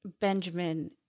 Benjamin